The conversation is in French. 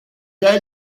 est